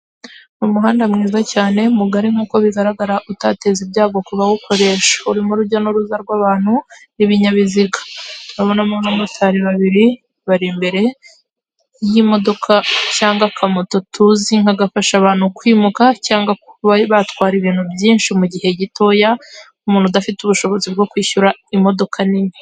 Mu muhanda mwiza cyane mugari nk'uko bigaragara utateza ibyago ku bawukoresha, urimo rujya n'uruza rw'abantu ibinyabiziga. Turabonamo abamotari babiri bari imbere y'imodoka cyangwa akamoto tuzi nk'agafasha abantu kwimuka cyangwa kuba batwara ibintu byinshi mu gihe gitoya k'umuntu udafite ubushobozi bwo kwishyura imodoka nini.